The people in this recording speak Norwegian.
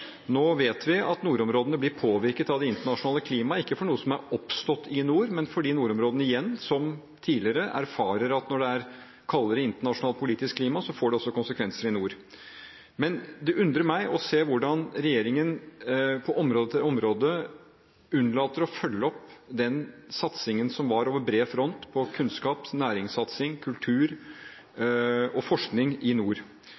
Nå vet vi at nordområdene blir påvirket av det internasjonale klimaet, ikke på grunn av noe som er oppstått i nord, men fordi nordområdene igjen – som tidligere – erfarer at når det er et kaldere internasjonalt politisk klima, får det også konsekvenser i nord. Men det undrer meg å se hvordan regjeringen, på område etter område, unnlater å følge opp den satsingen som var over bred front – på kunnskap, næring, kultur og forskning i nord